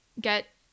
get